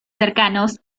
cercanos